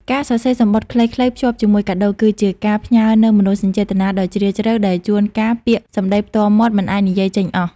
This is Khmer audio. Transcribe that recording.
ការសរសេរសំបុត្រខ្លីៗភ្ជាប់ជាមួយកាដូ គឺជាការផ្ញើនូវមនោសញ្ចេតនាដ៏ជ្រាលជ្រៅ ដែលជួនកាលពាក្យសម្ដីផ្ទាល់មាត់មិនអាចនិយាយចេញអស់។